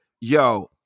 yo